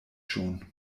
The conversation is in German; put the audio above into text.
schon